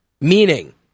Meaning